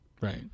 Right